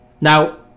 Now